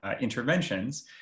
interventions